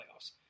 playoffs